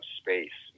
space